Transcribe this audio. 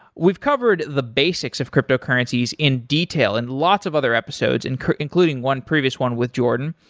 we've covered the basics of cryptocurrencies in detail and lots of other episodes and including one previous one with jordan.